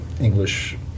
English